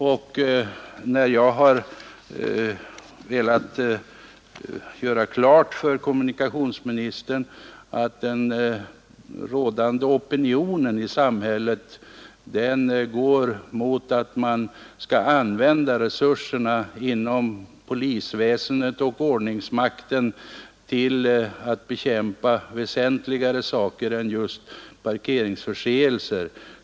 Jag har här bara velat göra klart för kommunikationsministern att den rådande opinionen i samhället allt starkare hävdar att man skall använda resurserna inom polisväsendet och ordningsmakten till att bekämpa väsentligare saker än just parkeringsförseelser.